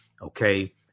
Okay